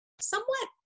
somewhat